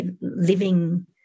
living